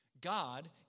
God